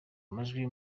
amajwi